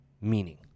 meaning